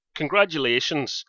Congratulations